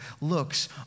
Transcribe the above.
looks